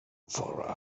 for